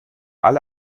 alle